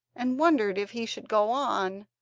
and wondered if he should go on,